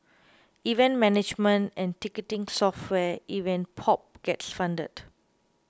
event management and ticketing software Event Pop gets funded